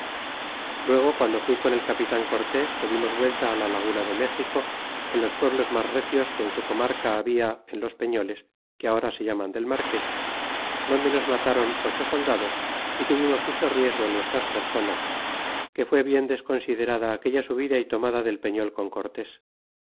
luego guando fui con el capitan cortés que dimos vuelta la laguna de méxico en los pueblos mas recios que en su comarca habla en los peñoles que ahora se llaman del marques donde nos mataron ocho soldados y tuvimos mucho riesgo en nuestras personas que fué bien desconsiderada aquella subida y tomada del peñol con cortés